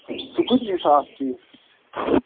سُہ کٕتِس چھُ گژھان اَکھ پیٖس